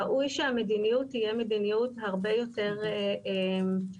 ראוי שהמדיניות תהיה מדיניות הרבה יותר נכונה,